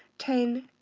ten,